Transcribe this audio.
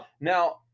Now